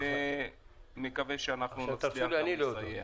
ונקווה שאנחנו נצליח גם לסייע.